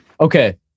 okay